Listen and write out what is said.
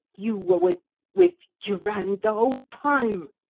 you were with with durand the whole time.